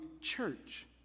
church